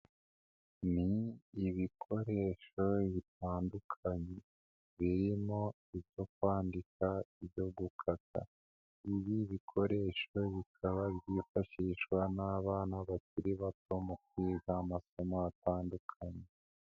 Ni ibikoresho bitandukanye birimo ibyo kwandika, ibyo guka, ibi bikoreshwa bikaba byifashishwa n'abana bakiri bato mu kwiga amasomo atandukanye.